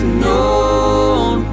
known